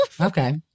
okay